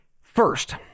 first